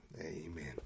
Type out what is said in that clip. Amen